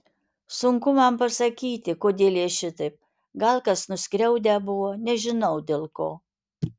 sunku man pasakyti kodėl jie šitaip gal kas nuskriaudę buvo nežinau dėl ko